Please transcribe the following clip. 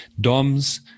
DOMS